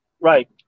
Right